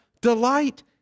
delight